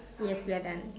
yes we are done